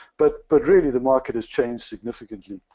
but but really the market has changed significantly.